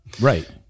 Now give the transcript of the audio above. Right